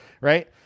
right